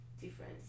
difference